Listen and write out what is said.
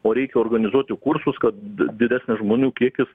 o reikia organizuoti kursus kad d didesnis žmonių kiekis